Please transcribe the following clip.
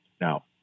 Now